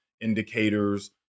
indicators